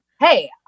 Hey